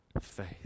faith